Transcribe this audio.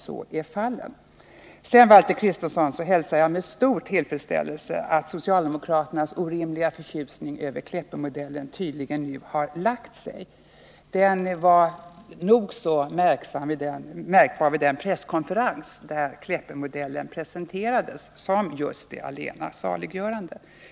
Sedan hälsar jag med stor tillfredsställelse att socialdemokraternas orimliga förtjusning över Kleppemodellen nu tydligen har lagt sig. Men förtjusningen var nog så märkbar vid den presskonferens där Kleppemodellen presenterades som det nära nog allena saliggörande.